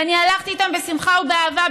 והלכתי איתם בשמחה ובאהבה.